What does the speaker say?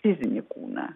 fizinį kūną